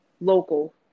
local